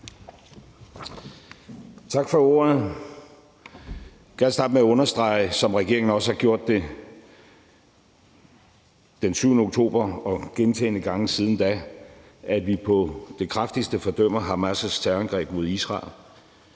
Tak for ordet. Jeg vil gerne starte med at understrege, som regeringen også har gjort det den 7. oktober og gentagne gange siden da, at vi på det kraftigste fordømmer Hamas' terrorangreb mod Israel.